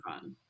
fun